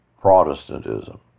Protestantism